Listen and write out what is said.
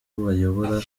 bayobora